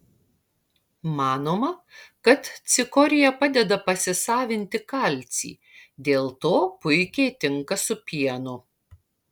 manoma kad cikorija padeda pasisavinti kalcį dėl to puikiai tinka su pienu